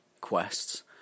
Quests